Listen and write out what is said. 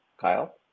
Kyle